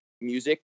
music